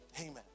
Amen